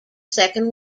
second